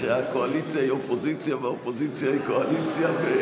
שהקואליציה היא אופוזיציה והאופוזיציה היא קואליציה?